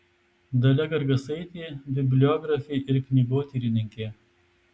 dalia gargasaitė bibliografė ir knygotyrininkė